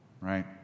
right